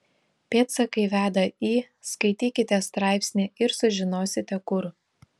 pėdsakai veda į skaitykite straipsnį ir sužinosite kur